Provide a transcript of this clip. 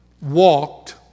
walked